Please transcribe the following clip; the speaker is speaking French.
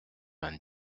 vingt